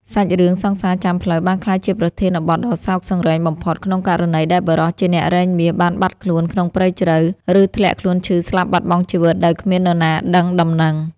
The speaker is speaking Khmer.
សាច់រឿង សង្សារចាំផ្លូវ បានក្លាយជាប្រធានបទដ៏សោកសង្រេងបំផុត ក្នុងករណីដែលបុរសជាអ្នករែងមាសបានបាត់ខ្លួនក្នុងព្រៃជ្រៅ ឬធ្លាក់ខ្លួនឈឺស្លាប់បាត់បង់ជីវិតដោយគ្មាននរណាដឹងដំណឹង។